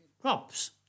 crops